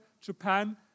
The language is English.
Japan